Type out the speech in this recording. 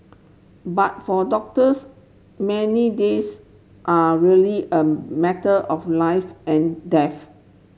but for doctors many days are really a matter of life and death